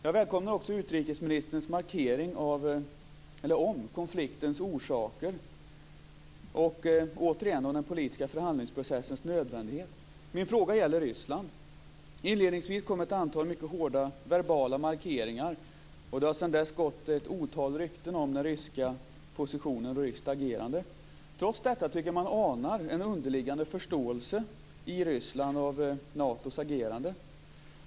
Jag välkomnar också utrikesministerns markering om konfliktens orsaker och, återigen, om den politiska förhandlingsprocessens nödvändighet. Min fråga gäller Ryssland. Inledningsvis kom ett antal mycket hårda verbala markeringar, och det har sedan dess gått ett otal rykten om den ryska positionen och det ryska agerandet. Trots detta tycker jag att man anar en underliggande förståelse för Natos agerande i Ryssland.